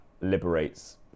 liberates